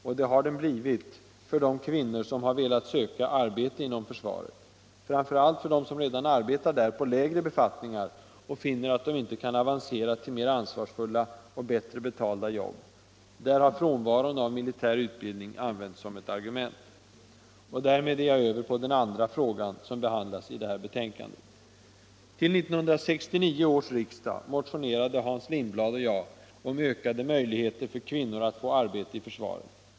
Och det har den blivit för de kvinnor som har velat söka arbete inom försvaret — framför allt för dem som redan arbetar där på lägre befattningar och finner att de inte kan avancera till mer ansvarsfulla och bättre betalda jobb. Där har frånvaron av militär utbildning använts som ett argument. Och därmed är jag över på den andra fråga som behandlas i betänkandet. | Till 1969 års riksdag motionerade Hans Lindblad och jag om ökade möjligheter för kvinnor att få arbete i försvaret.